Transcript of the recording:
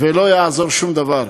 ולא יעזור שום דבר.